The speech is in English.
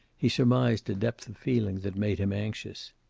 he surmised a depth of feeling that made him anxious.